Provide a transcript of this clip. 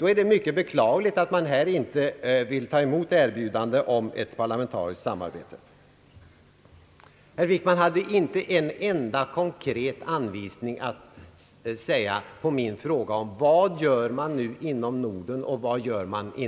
ord, är det mycket beklagligt att regeringen inte vill ta emot erbjudandet om ett parlamentariskt samarbete. Herr Wickman hade inte en enda konkret anvisning att ge på min fråga om vad man nu gör inom Norden och inom EFTA.